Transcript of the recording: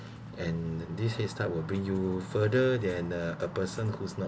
and this headstart will bring you further than a a person who's not